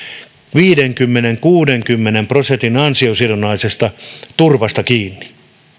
viidenkymmenen viiva kuudenkymmenen prosentin ansiosidonnaisesta turvasta kiinni